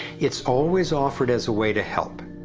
it's always offered as a way to help,